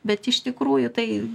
bet iš tikrųjų tai